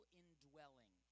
indwelling